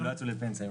הם לא יצאו לפנסיה.